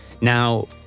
now